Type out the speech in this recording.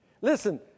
Listen